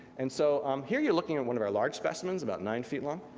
and so here you're looking at one of our large specimens, about nine feet long,